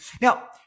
Now